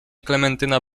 klementyna